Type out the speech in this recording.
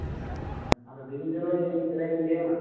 ᱫᱟᱸᱥᱟᱭ ᱥᱚᱢᱚᱭ ᱫᱚ ᱟᱫᱚ ᱫᱮᱵᱤ ᱫᱩᱨᱜᱟᱹ ᱮᱱᱮᱡ ᱥᱮᱨᱮᱧ ᱤᱧ ᱞᱟᱹᱭ ᱟᱢᱟ